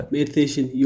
Meditation